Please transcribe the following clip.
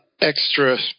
extra